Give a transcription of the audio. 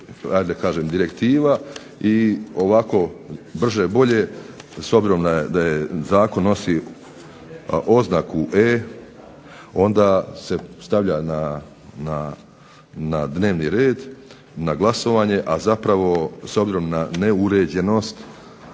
direktiva i ovako brže bolje s obzirom da zakon nosi oznaku E onda se stavlja na dnevni red na glasovanje, a zapravo s obzirom na neuređenost